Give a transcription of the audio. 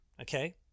okay